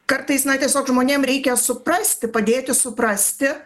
kartais na tiesiog žmonėm reikia suprasti padėti suprasti